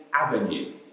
Avenue